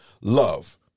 love